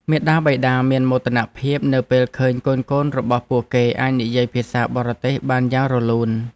មាតាបិតាមានមោទនភាពនៅពេលឃើញកូនៗរបស់ពួកគេអាចនិយាយភាសាបរទេសបានយ៉ាងរលូន។